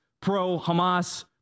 pro-Hamas